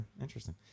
interesting